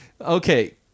Okay